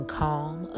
calm